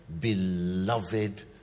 beloved